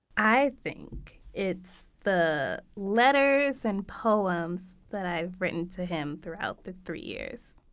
i think it's the letters and poems that i've written to him throughout the three years